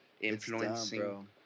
Influencing